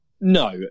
No